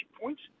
points